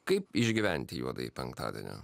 kaip išgyventi juodąjį penktadienį